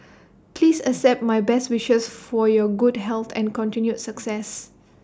please accept my best wishes for your good health and continued success